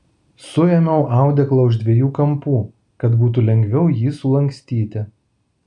suėmiau audeklą už dviejų kampų kad būtų lengviau jį sulankstyti